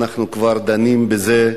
אנחנו כבר דנים בזה,